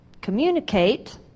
communicate